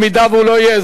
אם הוא לא יהיה,